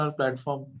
platform